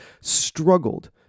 struggled